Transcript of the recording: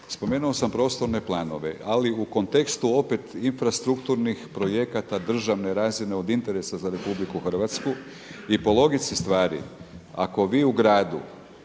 spomenuo sam prostorne planove, ali u kontekstu opet infrastrukturnih projekata državne razine od interesa za RH i po logici stvari ako vi u gradu